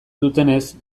dutenez